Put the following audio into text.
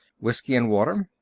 whiskey and water.